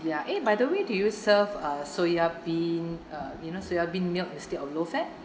ya eh by the way do you serve uh soya bean uh you know soya bean milk instead of low fat